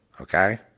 okay